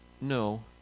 no